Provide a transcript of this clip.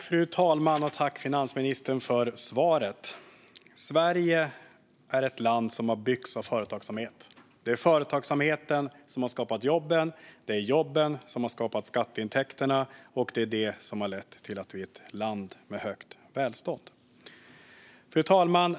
Fru talman! Tack, finansministern, för svaret! Sverige är ett land som har byggts av företagsamhet. Det är företagsamheten som har skapat jobben, det är jobben som har skapat skatteintäkterna och det är detta som har lett till att vi är ett land med högt välstånd. Fru talman!